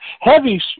heavy